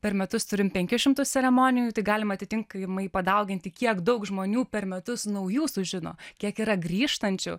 per metus turim penkis šimtus ceremonijų tai galima atitinkamai padauginti kiek daug žmonių per metus naujų sužino kiek yra grįžtančių